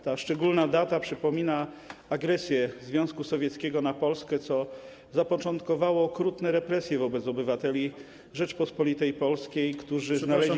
Ta szczególna data przypomina agresję Związku Sowieckiego na Polskę, co zapoczątkowało okrutne represje wobec obywateli Rzeczypospolitej Polskiej, którzy znaleźli się.